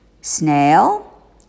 Snail